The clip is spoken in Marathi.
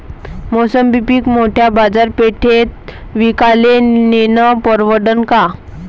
मोसंबी पीक मोठ्या बाजारपेठेत विकाले नेनं परवडन का?